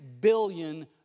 billion